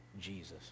Jesus